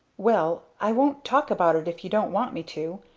well i won't talk about it if you don't want me to.